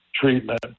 treatment